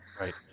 Right